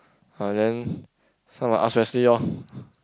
ah then so I want to ask Wesley lor